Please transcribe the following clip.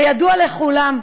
זה ידוע לכולם.